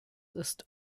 ist